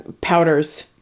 powders